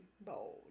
bold